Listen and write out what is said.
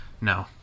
no